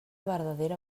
verdadera